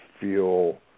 feel